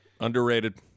Underrated